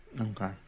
okay